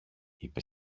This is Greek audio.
είπε